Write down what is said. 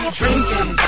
drinking